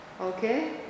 Okay